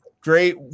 great